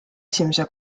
esimese